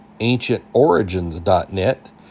Ancientorigins.net